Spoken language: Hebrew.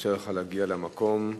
נאפשר לך להגיע למקום.